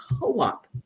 co-op